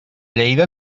lleida